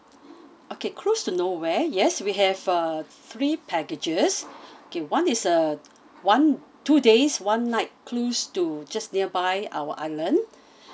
okay cruise to know where yes we have uh three packages okay one is a one two days one night cruise to just nearby our island